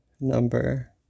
number